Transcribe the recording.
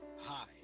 Hi